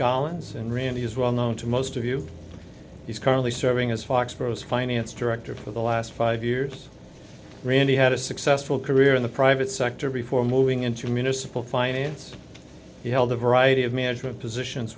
scholars and randy is well known to most of you he's currently serving as foxborough finance director for the last five years randy had a successful career in the private sector before moving into municipal finance he held a variety of management positions